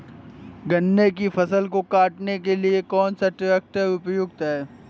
गन्ने की फसल को काटने के लिए कौन सा ट्रैक्टर उपयुक्त है?